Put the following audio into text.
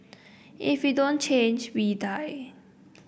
if we don't change we die